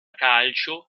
calcio